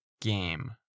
game